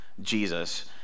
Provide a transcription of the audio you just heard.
Jesus